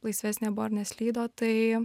laisvesnė buvo ir neslydo tai